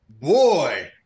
Boy